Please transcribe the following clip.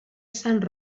sant